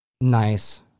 Nice